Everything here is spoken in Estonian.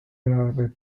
eelarve